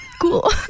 cool